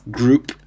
group